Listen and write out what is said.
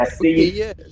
Yes